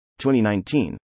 2019